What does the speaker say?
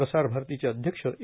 प्रसारभारतीचे अध्यक्ष ए